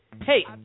Hey